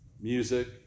music